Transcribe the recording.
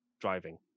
driving